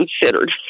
considered